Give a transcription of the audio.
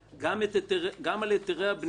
גם את היתרי הבנייה,